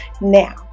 now